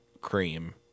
cream